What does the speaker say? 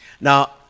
Now